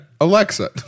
alexa